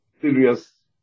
serious